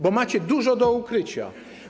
Bo macie dużo do ukrycia.